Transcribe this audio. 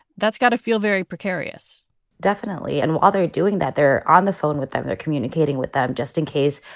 that's got to feel very precarious definitely. and while they're doing that, they're on the phone with them. they're communicating with them just in case.